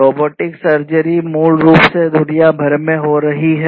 robotic surgery मूल रूप से दुनिया भर में हो रही है